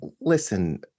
Listen